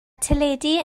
teledu